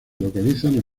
localizan